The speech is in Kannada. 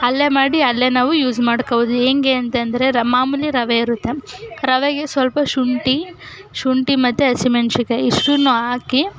ಅಲ್ಲಿಯೇ ಮಾಡಿ ಅಲ್ಲಿಯೇ ನಾವು ಯೂಸ್ ಮಾಡ್ಕೊಳ್ಬೋದು ಹೆಂಗೆ ಅಂತ ಅಂದ್ರೆ ರ ಮಾಮೂಲಿ ರವೆ ಇರುತ್ತೆ ರವೆಗೆ ಸ್ವಲ್ಪ ಶುಂಠಿ ಶುಂಠಿ ಮತ್ತು ಹಸಿಮೆಣ್ಸಿನ್ಕಾಯಿ ಇಷ್ಟನ್ನೂ ಹಾಕಿ